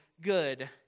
good